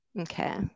Okay